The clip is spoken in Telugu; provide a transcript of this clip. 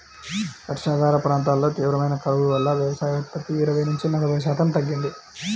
వర్షాధార ప్రాంతాల్లో తీవ్రమైన కరువు వల్ల వ్యవసాయోత్పత్తి ఇరవై నుంచి నలభై శాతం తగ్గింది